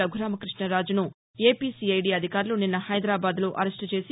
రఘురామకృష్ణరాజును AP CID అధికారులు నిస్న హైదరాబాద్లో అరెస్ట్ చేసి